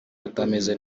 utameze